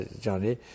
Johnny